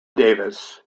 davis